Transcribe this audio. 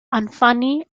unfunny